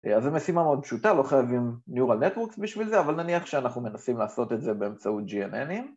‫אז זו משימה מאוד פשוטה, ‫לא חייבים Neural Networks בשביל זה, ‫אבל נניח שאנחנו מנסים ‫לעשות את זה באמצעות GNN'ים.